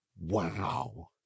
Wow